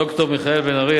ד"ר מיכאל בן-ארי,